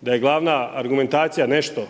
da je glavna argumentacija nešto